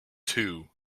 two